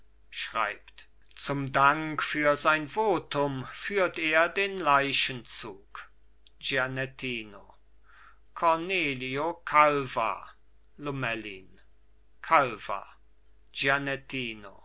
schreibt zum dank für sein votum führt er den leichenzug gianettino cornelio calva lomellin